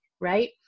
right